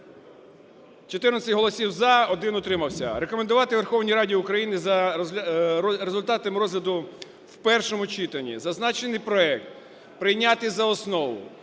14 голосів – за, 1 – утримався, рекомендувати Верховній Раді України за результатами розгляду в першому читанні зазначений проект прийняти за основу.